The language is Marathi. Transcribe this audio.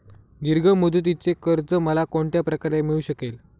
दीर्घ मुदतीचे कर्ज मला कोणत्या प्रकारे मिळू शकेल?